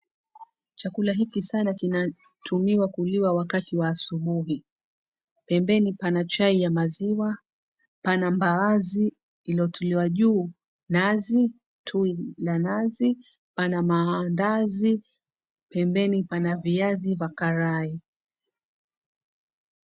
Chakula hiki sana kinatumiwa kuliwa sana wakati wa asubui, pembeni pana chai ya maziwa, pana mbaazi iliyotuliwa juu nazi, tui la nazi ,pana mandazi, pembeni pana viazi vya karai.